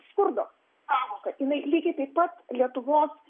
skurdo sąvoka jinai lygiai taip pat lietuvos